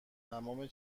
تمام